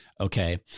Okay